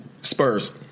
Spurs